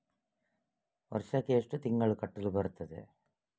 ವರ್ಷಕ್ಕೆ ಎಷ್ಟು ತಿಂಗಳು ಕಟ್ಟಲು ಬರುತ್ತದೆ?